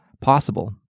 possible